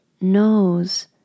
knows